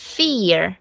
fear